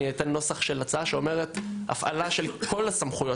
אני אתן נוסח של הצעה שאומרת: הפעלה של כל הסמכויות